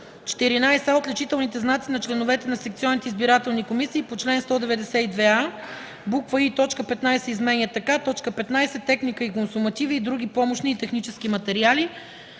„14а. отличителните знаци на членовете на секционните избирателни комисии по чл. 192а;”; и) точка 15 се изменя така: „15. техника и консумативи и други помощни и технически материали.”